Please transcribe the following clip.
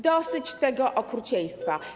Dosyć tego okrucieństwa.